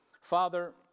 Father